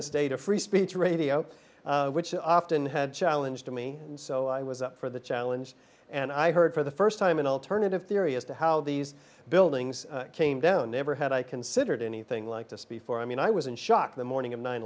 this day to free speech radio which often had challenge to me and so i was up for the challenge and i heard for the first time an alternative theory as to how these buildings came down never had i considered anything like this before i mean i was in shock the morning of nine